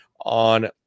on